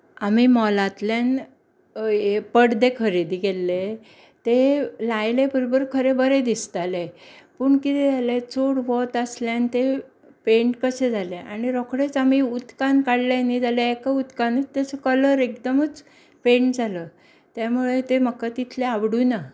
आमी मॉलांतल्यान पड्डे खरेदी केल्ले ते लायले बरोबर खरें बरें दिसताले पूण कितें जालें चड वत आसले आनी ते फेड कशें जाले आनी रोखडेंच आमी उदकांत कडलें न्ही जाल्यार एका उदकान तेजो कलर एकदमच फेड जालो त्या मुळे ते म्हाका तितले आवडूंक ना